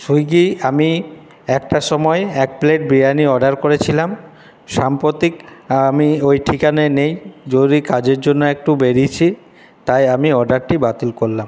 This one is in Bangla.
সুইগি আমি একটার সময় এক প্লেট বিরিয়ানি অর্ডার করেছিলাম সাম্প্রতিক আমি ওই ঠিকানায় নেই জরুরি কাজের জন্য একটু বেরিয়েছি তাই আমি অর্ডারটি বাতিল করলাম